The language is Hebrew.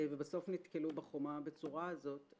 ובסוף נתקלו בחומה הבצורה הזאת.